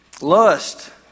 Lust